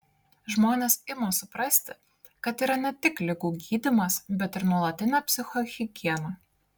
žmonės ima suprasti kad yra ne tik ligų gydymas bet ir nuolatinė psichohigiena